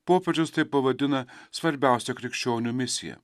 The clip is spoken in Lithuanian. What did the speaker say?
popiežius tai pavadina svarbiausia krikščionių misija